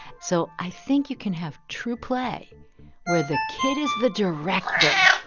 so i think you can have true play where the kid is the director,